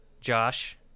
Josh